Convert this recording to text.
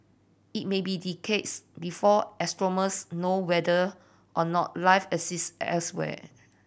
it may be decades before astronomers know whether or not life exists elsewhere